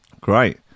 Great